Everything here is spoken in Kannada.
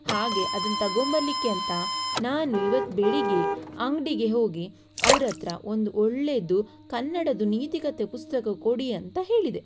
ಹಾಗೆ ಅದನ್ನು ತಗೊಂಬರ್ಲಿಕ್ಕೆ ಅಂತ ನಾನು ಇವತ್ತು ಬೆಳಿಗ್ಗೆ ಅಂಗಡಿಗೆ ಹೋಗಿ ಅವರ ಹತ್ರ ಒಂದು ಒಳ್ಳೆಯದ್ದು ಕನ್ನಡದ್ದು ನೀತಿಕತೆ ಪುಸ್ತಕ ಕೊಡಿ ಅಂತ ಹೇಳಿದೆ